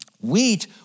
wheat